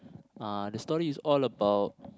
uh the story is all about